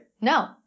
No